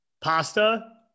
Pasta